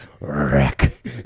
wreck